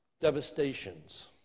devastations